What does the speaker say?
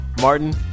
Martin